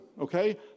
okay